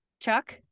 Chuck